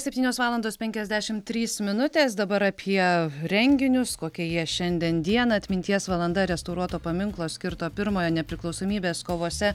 septynios valandos penkiasdešimt trys minutės dabar apie renginius kokie jie šiandien dieną atminties valanda restauruoto paminklo skirto pirmojo nepriklausomybės kovose